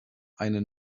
eine